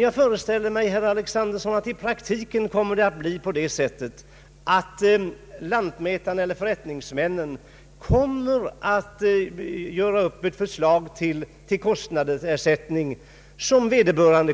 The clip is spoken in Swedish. Jag tror, herr Alexanderson, att det i praktiken kommer att bli på det sättet att lantmätaren eller förrättningsmannen kommer att göra upp ett förslag till kostnadsersättning, som vederbörande